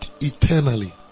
eternally